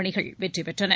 அணிகள் வெற்றிபெற்றன